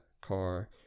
car